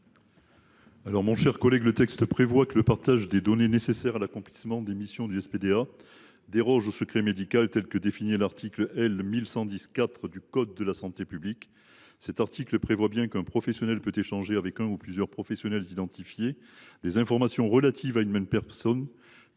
? Mon cher collègue, le texte prévoit que le partage des données nécessaires à l’accomplissement des missions du SPDA déroge au secret médical tel qu’il est défini à l’article L. 1110 4 du code de la santé publique. Cet article dispose bien qu’« [u]n professionnel peut échanger avec un ou plusieurs professionnels identifiés des informations relatives à une même personne